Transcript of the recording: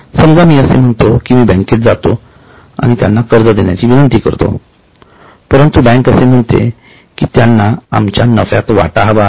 समजा मी असे म्हणतो कि मी बँकेत जातो आणि कर्ज देण्याची विनंती करतो परंतु बँक असे म्हणतात की त्यांना आमच्या नफ्यात वाटा हवा आहे